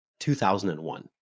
2001